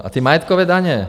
A ty majetkové daně.